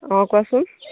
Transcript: অ কোৱাচোন